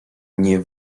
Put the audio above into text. nie